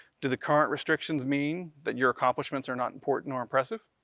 do the current restrictions mean that your accomplishments are not important or impressive?